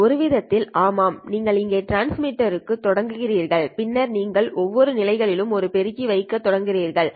ஒரு விதத்தில் ஆமாம் நீங்கள் இங்கே டிரான்ஸ்மிட்டருடன் தொடங்கினீர்கள் பின்னர் நீங்கள் ஒவ்வொரு நிலைகளிலும் ஒரு பெருக்கி வைக்கத் தொடங்கினீர்கள் சரி